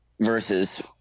versus